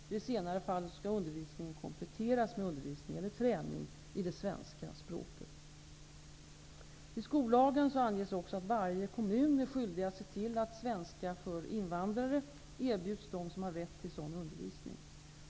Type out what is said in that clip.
I det senare fallet skall undervisningen kompletteras med undervisning eller träning i det svenska språket. I skollagen anges också att varje kommun är skyldig att se till att svenska för invandrare erbjuds dem som har rätt till sådan undervisning.